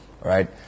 Right